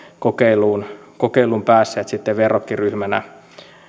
kokeiluun kokeiluun päässeet sitten verrokkiryhmänä